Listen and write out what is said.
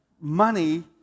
money